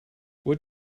what